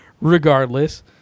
regardless